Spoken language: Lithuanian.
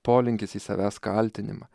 polinkis į savęs kaltinimą